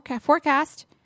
forecast